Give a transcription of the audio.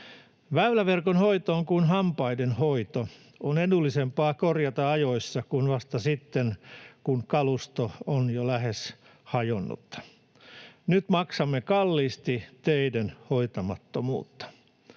Väyläverkon hoito on kuin hampaiden hoito. On edullisempaa korjata ajoissa kuin vasta sitten, kun kalusto on jo lähes hajonnut. Nyt maksamme kalliisti teiden hoitamattomuutta.